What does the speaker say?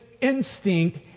instinct